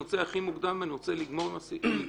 אני רוצה הכי מוקדם כי אני רוצה לגמור עם זה